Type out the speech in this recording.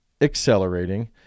accelerating